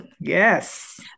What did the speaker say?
Yes